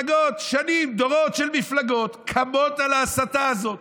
שנים, דורות של מפלגות קמות על ההסתה הזאת,